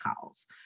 calls